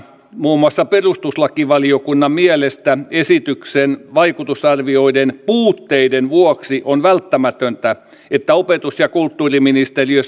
muun muassa perustuslakivaliokunnan mielestä esityksen vaikutusarvioiden puutteiden vuoksi on välttämätöntä että opetus ja kulttuuriministeriö